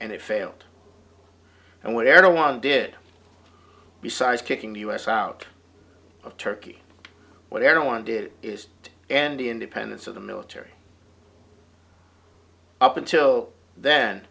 and it failed and whatever one did besides kicking us out of turkey what everyone did is and the independence of the military up until then